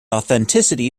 authenticity